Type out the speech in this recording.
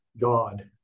god